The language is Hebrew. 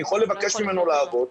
אני יכול לבקש ממנו לעבוד,